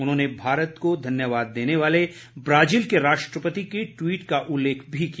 उन्होंने भारत को धन्यवाद देने वाले ब्राजील के राष्ट्रपति के टवीट का जिक्र भी किया